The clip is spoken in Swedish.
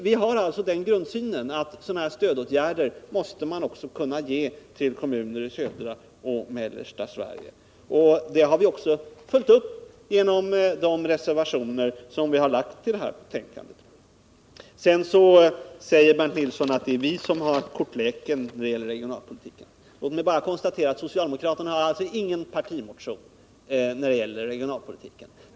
Vi haralltså den grundsynen att vi måste kunna sätta in detta stöd också för kommuner i södra och mellersta Sverige. Och vi har följt upp den uppfattningen genom de reservationer som vi fogat till betänkandet. Bernt Nilsson säger sedan att det är vi som har kortleken beträffande regionalpolitiken. Låt mig bara konstatera att socialdemokraterna inte har någon partimotion om regionalpolitiken.